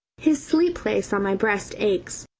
his sleep-place on my breast aches.